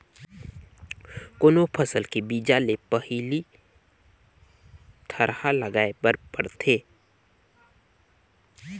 कोनो फसल के बीजा ले पहिली थरहा लगाए बर परथे